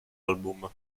album